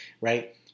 right